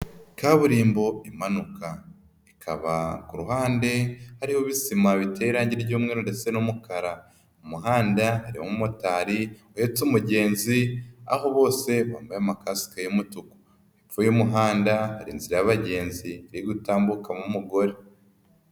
Kaburimbo imanuka ikaba ku ruhande hariho ibisima biteye irangi ry'umweru ndetse n'umukara, mu muhanda harimo umumotari uhetse umugenzi aho bose bambaye amakasike y'umutuku, hepfo y'umuhanda hari inzira y'abagenzi iri gutambukamo umugore.